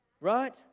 Right